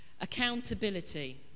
accountability